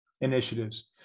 initiatives